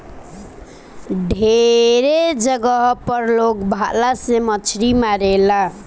ढेरे जगह पर लोग भाला से मछली मारेला